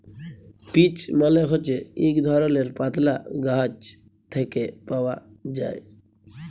peach মালে হছে ইক ধরলের পাতলা গাহাচ থ্যাকে পাউয়া যায়